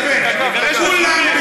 ניסו להרוג אותו.